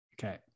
Okay